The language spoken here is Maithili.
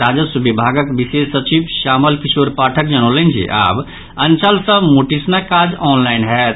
राजस्व विभागक विशेष सचिव श्यामल किशोर पाठक जनौलनि जे आब अंचल सॅ मुटेशनक काज ऑनलाईन होयत